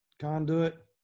conduit